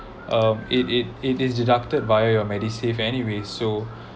uh it it it is deducted via MediSave anyway so